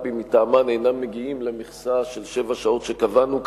קלפי מטעמם אינם מגיעים למכסה של שבע שעות שקבענו כאן.